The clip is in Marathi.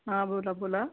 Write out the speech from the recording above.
हा बोला बोला